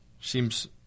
Seems